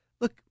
look